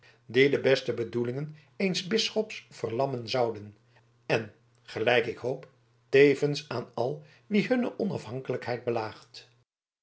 de beste bedoelingen eens bisschops verlammen zouden en gelijk ik hoop tevens aan al wie hunne onafhankelijkheid belaagt